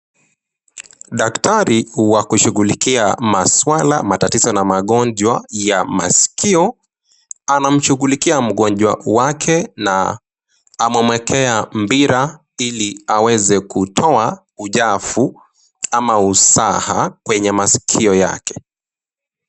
Daktari wa kushugulikia maswala, matatizo na magonjwa ya masikio anamshugulikia mgonjwa wake na amemwekea mpira ili aweze kutoa ujafu ama uzaha kwenye masikio yake.